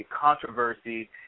controversy